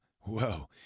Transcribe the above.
whoa